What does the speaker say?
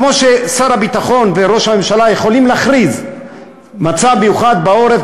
כמו ששר הביטחון וראש הממשלה יכולים להכריז מצב מיוחד בעורף,